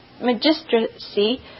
magistracy